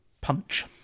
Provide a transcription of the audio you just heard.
punch